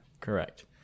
Correct